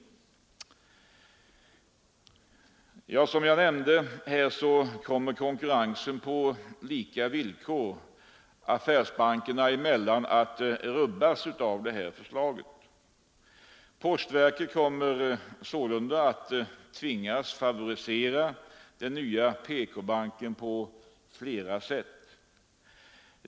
Som jag nämnde kommer konkurrensen på lika villkor affärsbankerna emellan att rubbas av förslaget. Postverket kommer sålunda att tvingas favorisera den nya PK-banken på flera sätt.